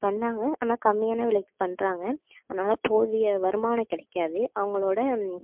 பண்ணாங்க ஆனால் கம்மியான விலைக்கு பண்ணுறாங்க அதனால் போதிய வருமானம் கிடைக்காது அவங்களோட